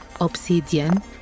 obsidian